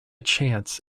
chance